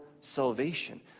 salvation